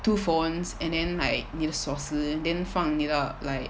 two phones and then like 你的锁匙 then 放你的 like